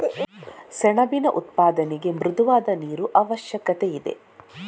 ಸೆಣಬಿನ ಉತ್ಪಾದನೆಗೆ ಮೃದುವಾದ ನೀರು ಅವಶ್ಯಕತೆಯಿದೆ